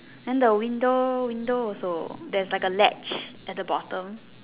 then the window window also there's like a ledge at the bottom